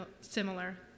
similar